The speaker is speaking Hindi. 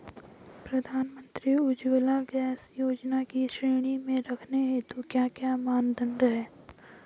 प्रधानमंत्री उज्जवला गैस योजना की श्रेणी में रखने हेतु क्या क्या मानदंड है?